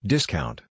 Discount